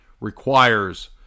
requires